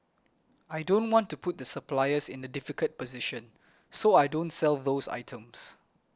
I don't want to put the suppliers in the difficult position so I don't sell those items